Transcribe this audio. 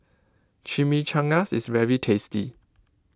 Chimichangas is very tasty